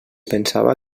pensava